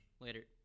later